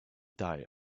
diet